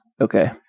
Okay